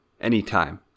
Anytime